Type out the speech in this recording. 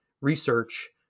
research